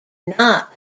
not